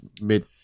mid